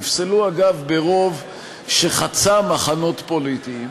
נפסלו, אגב, ברוב שחצה מחנות פוליטיים,